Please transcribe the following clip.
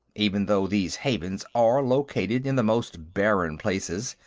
even though these havens are located in the most barren places,